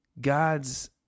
God's